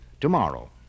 tomorrow